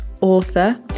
author